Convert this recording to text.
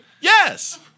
Yes